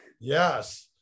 Yes